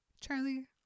Charlie